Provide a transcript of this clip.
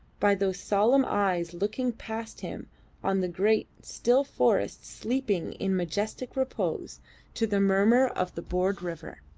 by those solemn eyes looking past him on the great, still forests sleeping in majestic repose to the murmur of the broad river.